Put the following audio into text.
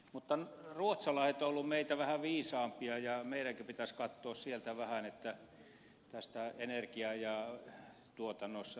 mutta ruotsalaiset ovat olleet meitä vähän viisaampia ja meidänkin pitäisi katsoa sieltä vähän tätä energiatuotantoa